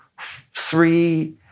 three